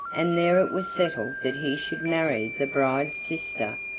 and there it was settled that he should marry the bride's sister,